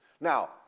Now